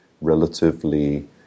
relatively